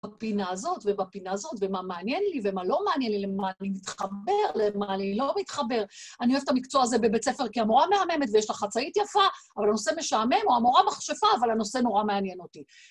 בפינה הזאת ובפינה זאת, ומה מעניין לי ומה לא מעניין לי, למה אני מתחבר, למה אני לא מתחבר. אני אוהב את המקצוע הזה בבית ספר כי המורה מהממת ויש לה חצאית יפה, אבל הנושא משעמם, או המורה מכשפה, אבל הנושא נורא מעניין אותי.